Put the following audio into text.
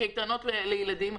קייטנות לילדים.